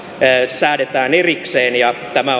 säädetään erikseen ja tämä